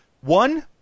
One